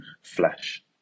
flesh